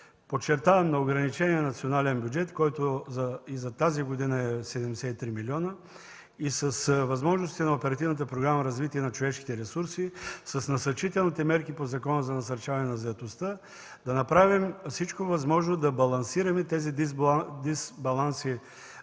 подчертавам – на ограничения национален бюджет, който и за тази година е 73 млн. лв., и с възможностите на Оперативната програма „Развитие на човешките ресурси”, с насърчителните мерки по Закона за насърчаване на заетостта да направим всичко възможно, за да балансираме тези дисбаланси